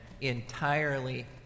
entirely